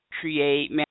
create